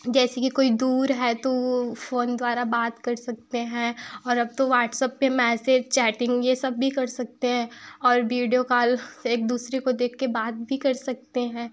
जैसे कि कोई दूर है तो वो फ़ोन द्वारा बात कर सकते हैं और अब तो व्हाट्सअप पर मैसेज चैटिंग यह सब भी कर सकते हैं और बीडियो कॉल एक दूसरे को देख कर बात भी कर सकते हैं